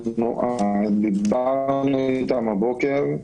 דיברנו איתם הבוקר,